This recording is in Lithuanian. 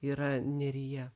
yra neryje